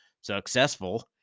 successful